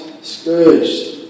scourged